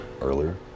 earlier